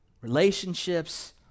relationships